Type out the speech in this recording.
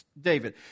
David